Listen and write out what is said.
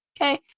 Okay